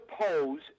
suppose